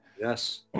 Yes